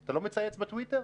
אתה לא מצייץ בטוויטר?